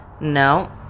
No